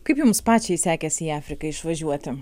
kaip jums pačiai sekėsi į afriką išvažiuoti